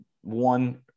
one